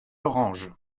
orange